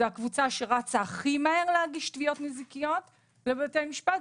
זו הקבוצה שרצה הכי מהר להגיש תביעות נזיקיות בבתי המשפט,